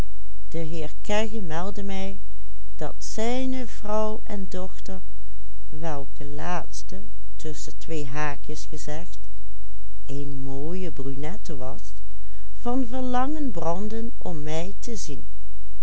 een mooie brunette was van verlangen brandden om mij te zien